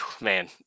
Man